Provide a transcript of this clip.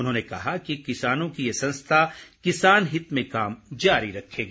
उन्होंने कहा कि किसानों की ये संस्था किसान हित में काम जारी रखेगी